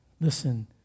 listen